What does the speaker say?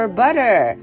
butter